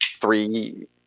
three